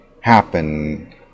happen